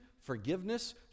forgiveness